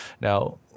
Now